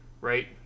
right